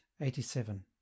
Eighty-seven